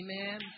Amen